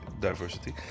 Diversity